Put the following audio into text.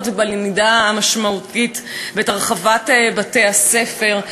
ובלמידה המשמעותית ואת הרחבת בתי-הספר.